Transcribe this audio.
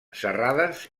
serrades